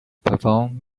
perform